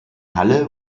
halle